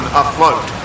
afloat